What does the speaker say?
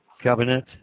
cabinet